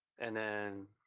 and then